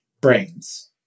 brains